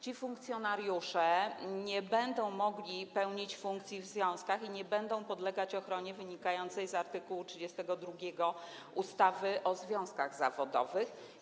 Ci funkcjonariusze nie będą mogli pełnić funkcji w związkach i nie będą podlegać ochronie wynikającej z art. 32 ustawy o związkach zawodowych.